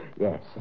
Yes